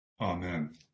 Amen